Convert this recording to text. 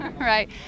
Right